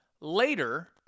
later